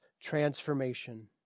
transformation